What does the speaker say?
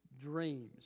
dreams